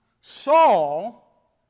Saul